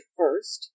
first